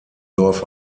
dorf